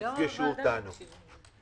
יפגשו אותנו.